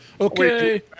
Okay